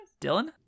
Dylan